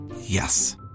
Yes